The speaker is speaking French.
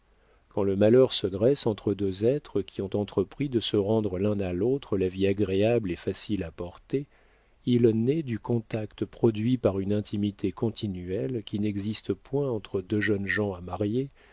quand le malheur se dresse entre deux êtres qui ont entrepris de se rendre l'un à l'autre la vie agréable et facile à porter il naît du contact produit par une intimité continuelle qui n'existe point entre deux jeunes gens à marier